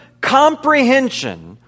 comprehension